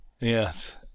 Yes